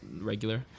regular